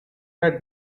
had